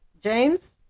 James